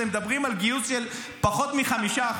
אתם מדברים על גיוס של פחות מ-5%.